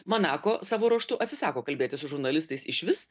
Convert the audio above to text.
manako savo ruožtu atsisako kalbėti su žurnalistais išvis